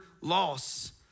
loss